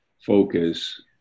focus